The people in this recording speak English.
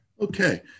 Okay